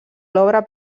l’obra